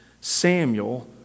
Samuel